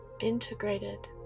integrated